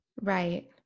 Right